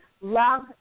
love